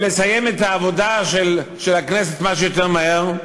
ולסיים את העבודה של הכנסת מה שיותר מהר,